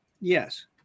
Yes